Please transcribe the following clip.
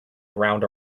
around